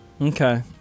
Okay